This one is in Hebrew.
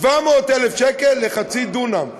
של 700,000 שקל לחצי דונם.